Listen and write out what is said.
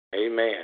Amen